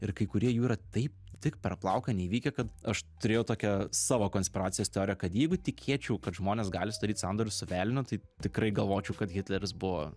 ir kai kurie jų yra taip tik per plauką neįvykę kad aš turėjau tokią savo konspiracijos teoriją kad jeigu tikėčiau kad žmonės gali sudaryt sandorius su velniu tai tikrai galvočiau kad hitleris buvo